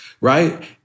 right